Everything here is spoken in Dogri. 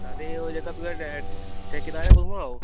अच्छा ते ओह् जेह्का तुसें ठेकेदार ऐ कुत्थुआं ओह्